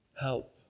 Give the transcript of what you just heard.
help